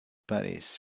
parties